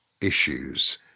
issues